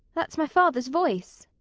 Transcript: that's my father's voice.